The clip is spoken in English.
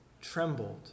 trembled